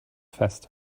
fest